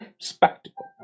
spectacle